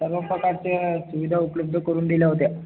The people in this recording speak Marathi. सर्व प्रकारच्या सुविधा उपलब्ध करून दिल्या होत्या